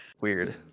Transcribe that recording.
weird